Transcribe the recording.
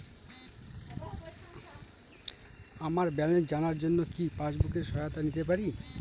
আমার ব্যালেন্স জানার জন্য কি পাসবুকের সহায়তা নিতে পারি?